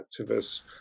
activists